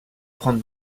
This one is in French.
prendre